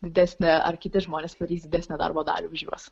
didesnę ar kiti žmonės varys didesnę darbo dalį už juos